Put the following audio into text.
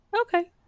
Okay